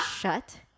shut